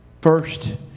First